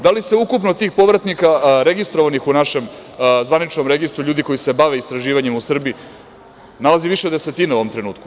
Da li se ukupno tih povratnika registrovanih u našem zvaničnom registru ljudi koji se bave istraživanjem u Srbiji nalazi više desetina u ovom trenutku?